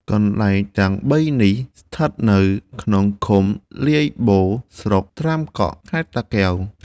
កន្លែងទាំងបីនេះ ស្ថិតនៅក្នុងឃុំ លាយបូរស្រុកត្រាំកក់ ខេត្តតាកែវ ។